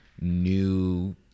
new